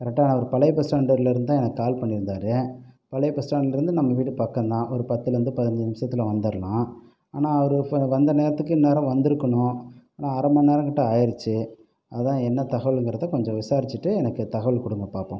கரெக்டாக அவர் ஒரு பழைய பஸ் ஸ்டாண்டுலேருந்து தான் எனக்கு கால் பண்ணியிருந்தாரு பழைய பஸ் ஸ்டாண்டுலேருந்து நம்ம வீடு பக்கம் தான் ஒரு பத்துலேந்து பதினைஞ்சி நிமிஷத்தில் வந்துடலாம் ஆனால் அவர் இப்போ வந்த நேரத்துக்கு இந்நேரம் வந்துருக்கணும் ஆனால் அரை மணிநேரங்கிட்ட ஆகிருச்சி அதுதான் என்ன தகவலுங்கிறத கொஞ்சம் விசாரிச்சுட்டு எனக்கு தகவல் கொடுங்க பார்ப்போம்